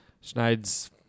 Schneider's